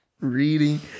reading